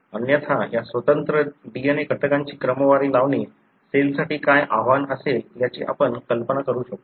अन्यथा या स्वतंत्र DNA घटकांची क्रमवारी लावणे सेलसाठी काय आव्हान असेल याची आपण कल्पना करू शकतो